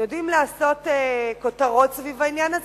אתם יודעים לעשות כותרות סביב העניין הזה,